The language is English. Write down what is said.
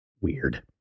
weird